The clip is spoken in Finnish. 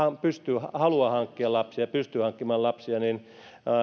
haluavat hankkia lapsia ja pystyvät hankkimaan lapsia